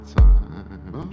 time